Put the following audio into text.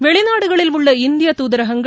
வெளிநாடுகளில் உள்ள இந்திய தூதரகங்கள்